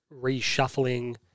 reshuffling